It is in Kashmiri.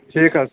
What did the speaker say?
ٹھیٖک حظ